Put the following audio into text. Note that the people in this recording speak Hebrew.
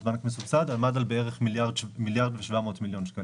בנק מסובסד עמד על בערך 1.7 מיליארד שקלים.